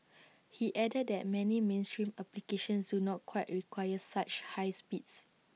he added that many mainstream applications do not quite require such high speeds